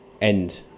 end